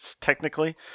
technically